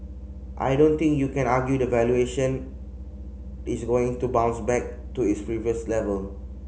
I don't think you can argue that valuation is going to bounce back to its previous level